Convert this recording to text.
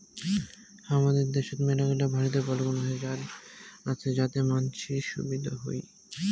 হামাদের দ্যাশোত মেলাগিলা ভারতীয় পরিকল্পনা আসে যাতে মানসির সুবিধা হই